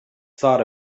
thought